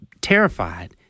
terrified